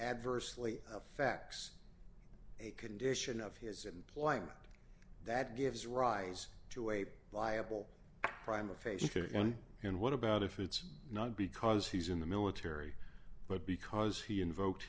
adversely affects a condition of his employment that gives rise to a viable crime a face and what about if it's not because he's in the military but because he invoke